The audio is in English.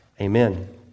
Amen